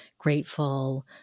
grateful